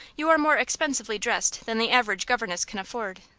you are more expensively dressed than the average governess can afford.